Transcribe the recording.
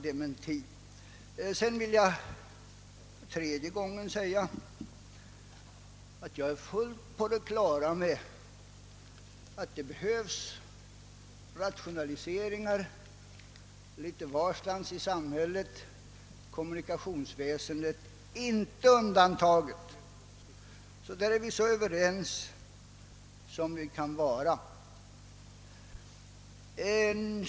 Sedan vill jag för tredje gången framhålla att jag är fullt på det klara med att det behövs rationaliseringar litet varstans i samhället, kommunikationsväsendet inte undantaget. På den punkten är vi alltså så överens som vi kan vara.